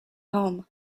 home